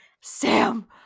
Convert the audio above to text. Sam